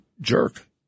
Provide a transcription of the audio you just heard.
jerk